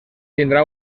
tindrà